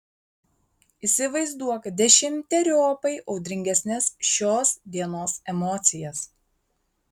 įsivaizduok dešimteriopai audringesnes šios dienos emocijas